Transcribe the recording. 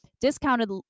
discounted